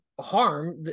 harm